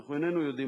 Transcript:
אנחנו איננו יודעים,